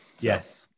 yes